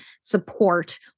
support